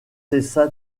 cessa